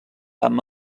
amb